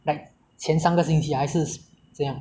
like 全三个星期还是怎样